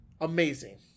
amazing